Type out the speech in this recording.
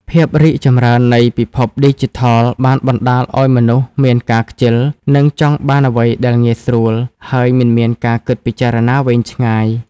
ភាពររីកចម្រើននៃពិភពឌីជីថល បានបណ្ដាលឲ្យមនុស្សមានការខ្ជិល និងចង់បានអ្វីដែលងាយស្រួល ហើយមិនមានការគិតពិចារណាវែងឆ្ងាយ។